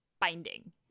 binding